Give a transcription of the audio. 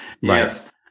Yes